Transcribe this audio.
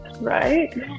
right